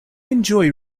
enjoy